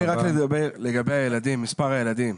לגבי מספר הילדים.